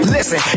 Listen